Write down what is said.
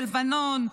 בלבנון,